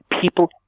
People